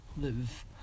live